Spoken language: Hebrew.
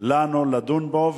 לנו לדון בו,